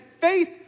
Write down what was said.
faith